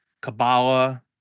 Kabbalah